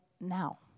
now